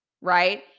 right